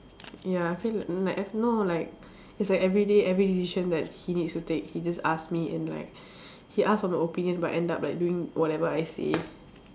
ya I feel I have no like it's like everyday every decision that he needs to take he just ask me and like he ask for my opinion but end up like doing whatever I say